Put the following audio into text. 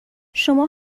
شما